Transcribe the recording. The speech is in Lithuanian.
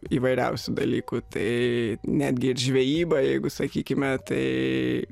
įvairiausių dalykų tai netgi ir žvejyba jeigu sakykime tai